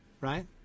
right